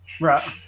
Right